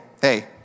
hey